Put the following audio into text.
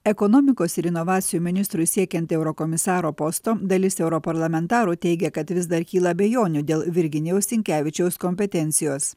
ekonomikos ir inovacijų ministrui siekiant eurokomisaro posto dalis europarlamentarų teigia kad vis dar kyla abejonių dėl virginijaus sinkevičiaus kompetencijos